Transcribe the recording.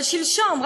אבל שלשום,